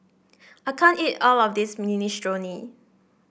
I can't eat all of this Minestrone